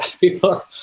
People